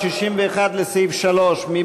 מי